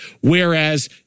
Whereas